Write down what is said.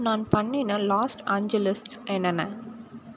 நான் பண்ணின லாஸ்ட் அஞ்சு லிஸ்ட்ஸ் என்னென்ன